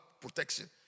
protection